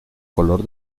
color